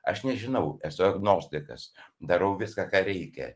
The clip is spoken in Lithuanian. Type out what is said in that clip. aš nežinau esu agnostikas darau viską ką reikia